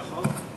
נכון?